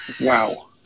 Wow